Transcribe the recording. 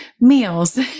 meals